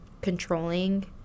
controlling